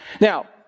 Now